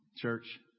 church